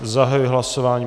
Zahajuji hlasování.